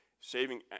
saving